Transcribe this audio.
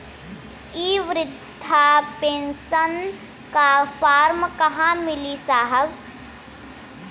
इ बृधा पेनसन का फर्म कहाँ मिली साहब?